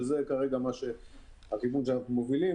שזה כרגע הכיוון שאנחנו מובילים.